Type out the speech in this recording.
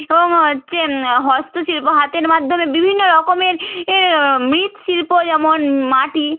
এবং হচ্ছে হস্তশিল্প হাতের মাধ্যমে বিভিন্ন রকমের এর মৃৎশিল্প যেমন মাটি